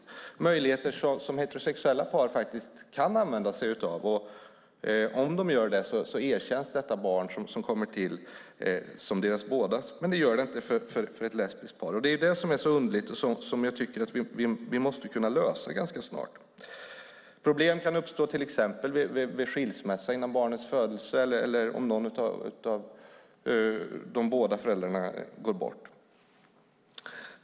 Det är möjligheter som heterosexuella par kan använda sig av, och om de gör det erkänns det barn som kommer till som bådas, men det gör det inte för ett lesbiskt par. Det är det som är så underligt och som jag tycker att vi måste kunna lösa ganska snart. Problem kan till exempel uppstå vid skilsmässa innan barnets födelse eller om någon av de båda föräldrarna går bort.